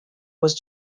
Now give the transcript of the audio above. was